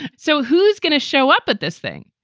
so who's going to show up at this thing?